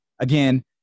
Again